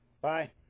Bye